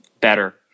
better